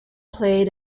played